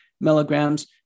milligrams